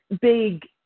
big